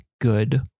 good